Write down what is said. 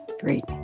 great